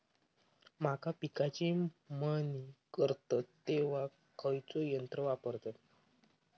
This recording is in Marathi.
मका पिकाची मळणी करतत तेव्हा खैयचो यंत्र वापरतत?